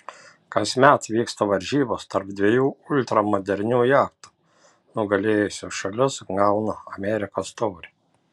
kasmet vyksta varžybos tarp dviejų ultramodernių jachtų nugalėjusi šalis gauna amerikos taurę